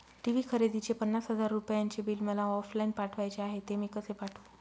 TV खरेदीचे पन्नास हजार रुपयांचे बिल मला ऑफलाईन पाठवायचे आहे, ते मी कसे पाठवू?